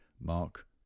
Mark